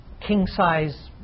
king-size